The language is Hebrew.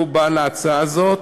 שהוא בעל ההצעה הזאת.